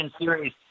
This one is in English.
series